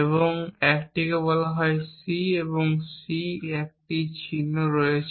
এবং একটিকে বলা হয় c এবং c একটি চিহ্ন রয়েছে